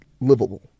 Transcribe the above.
livable